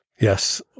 Yes